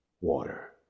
water